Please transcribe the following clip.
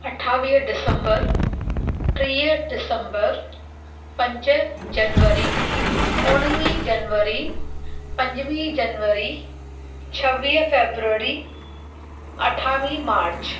अठावीह दिसम्बर टीह दिसम्बर पंज जनवरी उणिवीह जनवरी पंजुवीह जनवरी छवीह फेबररी अठावीह मार्च